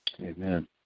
Amen